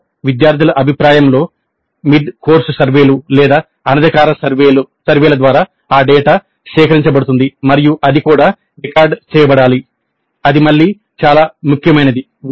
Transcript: సెషన్లో విద్యార్థుల అభిప్రాయంలో మిడ్ కోర్సు సర్వేలు లేదా అనధికారిక సర్వేల ద్వారా ఆ డేటా సేకరించబడుతుంది మరియు అది కూడా రికార్డ్ చేయబడాలి అది మళ్ళీ చాలా ముఖ్యమైనది